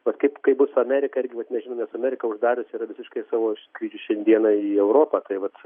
vat kaip kaip bus su amerika irgi vat nežinom nes amerika uždarius yra visiškai savo skrydžius šiandieną į europą tai vat